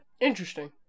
Interesting